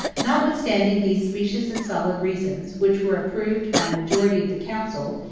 notwithstanding these specious and solid reasons, which were approved by a majority of the council,